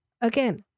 Again